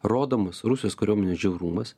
rodomas rusijos kariuomenės žiaurumas